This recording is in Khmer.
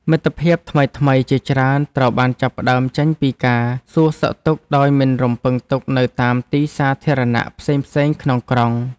មិត្តភាពថ្មីៗជាច្រើនត្រូវបានចាប់ផ្តើមចេញពីការសួរសុខទុក្ខដោយមិនរំពឹងទុកនៅតាមទីសាធារណៈផ្សេងៗក្នុងក្រុង។